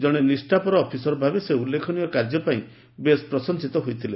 ଜଣେ ନିଷାପର ଅଫିସର ଭାବେ ସେ ଉଲ୍ଲେଖନୀୟ କାର୍ଯ୍ୟ ପାଇଁ ବେଶ୍ ପ୍ରଶଂସିତ ହୋଇଥିଲେ